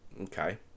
Okay